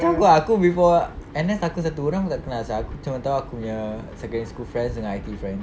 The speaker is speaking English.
macam aku ah aku before N_S aku satu orang pun tak kenal sia aku cuma tahu aku punya secondary school friends and I_T_E friends